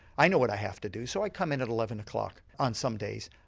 i know what i have to do so i come in at eleven o'clock on some days,